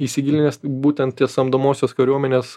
įsigilinęs būtent ties samdomosios kariuomenės